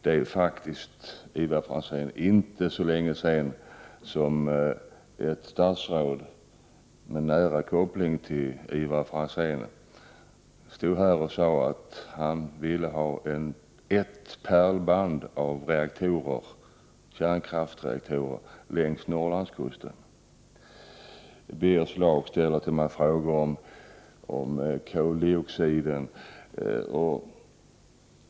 Det är faktiskt, Ivar Franzén, inte så länge sedan ett statsråd med nära koppling till er stod här och sade att han ville ha ett pärlband av kärnkraftsreaktorer längs Norrlandskusten. Birger Schlaug ställde frågor till mig om koldioxiden.